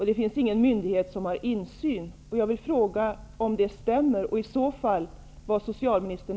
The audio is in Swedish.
Det finns ingen myndighet som har insyn.